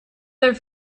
their